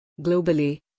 Globally